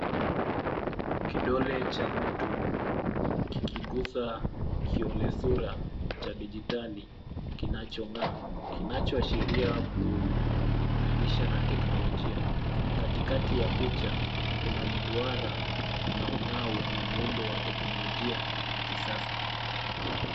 Kidole cha mtu, kikiguza kidole sura cha dijitali kinachong'aa, kinachoashiria kuunganisha na teknolijia, katikati ya picha kuna mduara unaong'aa wenye muundo wa teknolojia ya kisasa.